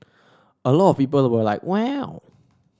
a lot of people were like wow